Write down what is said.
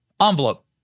envelope